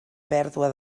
pèrdua